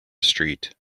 street